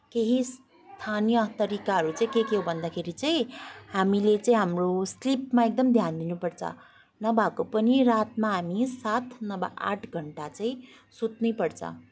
केही स्थानीय तरिकाहरू चाहिँ के के हो भन्दाखेरि चाहिँ हामीले चाहिँ हाम्रो स्लिपमा एकदम ध्यान दिनपर्छ नभएको पनि रातमा हामी सात नभए आठ घन्टा चाहिँ सुत्नैपर्छ